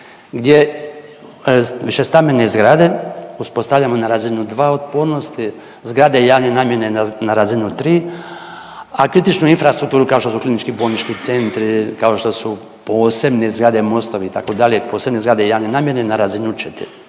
gdje višestambene zgrade uspostavljamo na razinu 2 otpornosti, zgrade javne namjene na razinu 3, a kritičnu infrastrukturu kao što su klinički bolnički centri, kao što su posebne zgrade i mostovi itd. posebne zgrade javne namjene na razinu 4.